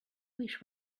wish